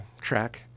track